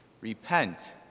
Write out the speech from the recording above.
Repent